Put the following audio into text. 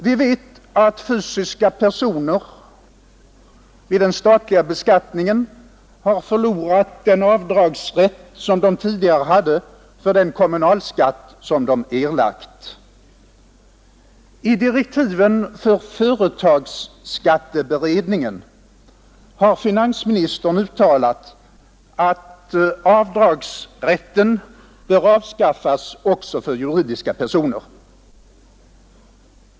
Vi vet att fysiska personer vid den statliga beskattningen har förlorat den avdragsrätt som de tidigare hade för den kommunalskatt som de erlagt. I direktiven för företagsskatteberedningen har finansministern uttalat att avdragsrätten bör avskaffas också för juridiska personer.